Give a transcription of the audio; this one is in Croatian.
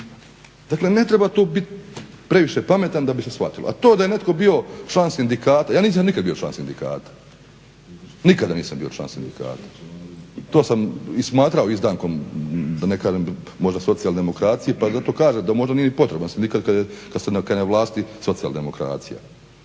Dakle, ne treba tu biti previše pametan da bi se shvatilo. A to da je netko bio član sindikata, ja nisam nikada bio član sindikata. Nikada nisam bio član sindikata. To sam i smatrao izdankom da ne kažem možda socijaldemokracije pa zato kaže da možda nije ni potreban sindikat kada je na vlasti socijaldemokracija.